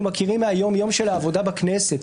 מכירים מהיום-יום של העבודה בכנסת,